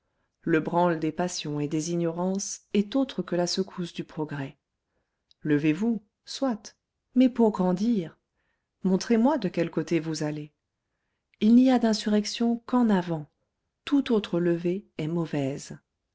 le branle des passions et des ignorances est autre que la secousse du progrès levez-vous soit mais pour grandir montrez-moi de quel côté vous allez il n'y a d'insurrection qu'en avant toute autre levée est mauvaise